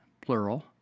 plural